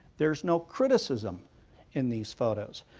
there's no criticism in these photos.